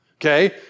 okay